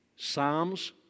Psalms